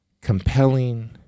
compelling